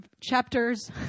chapters